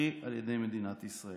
קרי על ידי מדינת ישראל.